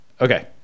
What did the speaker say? okay